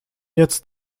jetzt